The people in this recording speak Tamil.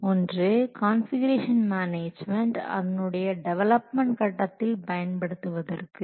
ஒன்று கான்ஃபிகுரேஷன் மேனேஜ்மென்ட் அதனுடைய டெவலப்மெண்ட் கட்டத்தில் பயன்படுத்துவதற்கு